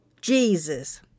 Jesus